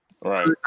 Right